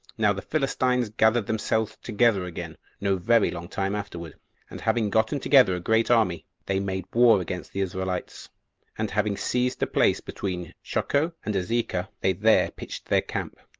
now the philistines gathered themselves together again no very long time afterward and having gotten together a great army, they made war against the israelites and having seized a place between shochoh and azekah, they there pitched their camp.